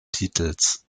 titels